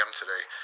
today